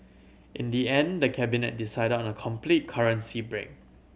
in the end the Cabinet decided on a complete currency break